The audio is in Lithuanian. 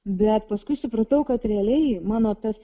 bet paskui supratau kad realiai mano tas